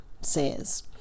says